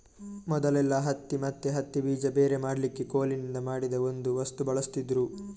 ಮೊದಲೆಲ್ಲಾ ಹತ್ತಿ ಮತ್ತೆ ಹತ್ತಿ ಬೀಜ ಬೇರೆ ಮಾಡ್ಲಿಕ್ಕೆ ಕೋಲಿನಿಂದ ಮಾಡಿದ ಒಂದು ವಸ್ತು ಬಳಸ್ತಿದ್ರು